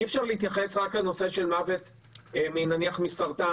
אי אפשר להתייחס רק לנושא של מוות נניח מסרטן.